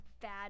bad